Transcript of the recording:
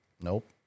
nope